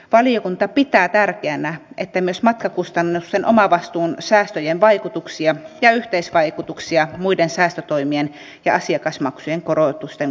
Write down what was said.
valiokunta pitää tärkeänä että myös matkakustannusten omavastuun säästöjen vaikutuksia ja yhteisvaikutuksia muiden säästötoimien ja asiakasmaksujen korotusten kanssa seurataan